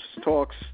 talks